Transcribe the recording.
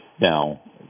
Now